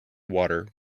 water